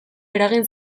eragin